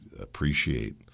appreciate